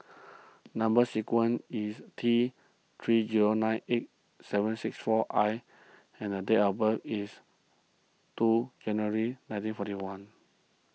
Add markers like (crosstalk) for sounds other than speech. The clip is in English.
(noise) Number Sequence is T three zero nine eight seven six four I and the date of birth is two January nineteen forty one